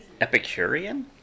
Epicurean